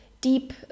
deep